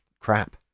crap